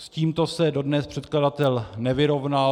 S tímto se dodnes předkladatel nevyrovnal.